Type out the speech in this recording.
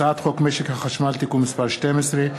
הצעת חוק משק החשמל (תיקון מס' 12),